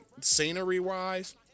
scenery-wise